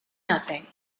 nothing